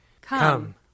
Come